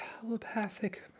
telepathic